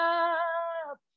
up